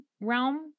realm